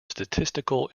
statistical